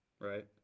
right